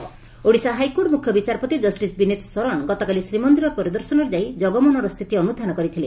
ଜଗମୋହନ ଅନୁଧ୍ଧାନ ଓଡ଼ିଶା ହାଇକୋର୍ଟ ମୁଖ୍ୟ ବିଚାରପତି କଷ୍ଟିସ୍ ବିନିତ ଶରଣ ଗତକାଲି ଶ୍ରୀମନ୍ଦିର ପରିଦର୍ଶନରେ ଯାଇ କଗମୋହନର ସ୍ଥିତି ଅନୁଧ୍ଯାନ କରିଥିଲେ